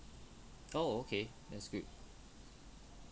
oh okay that's good